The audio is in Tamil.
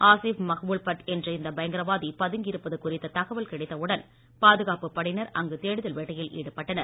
ஆசிப் மஹ்புல் பட் என்ற இந்த பயங்கரவாதி பதுங்கி இருப்பது குறித்த தகவல் கிடைத்த உடன் பாதுகாப்பு படையினர் அங்கு தேடுதல் வேட்டையில் ஈடுபட்டனர்